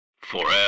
Forever